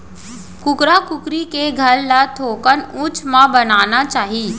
कुकरा कुकरी के घर ल थोकन उच्च म बनाना चाही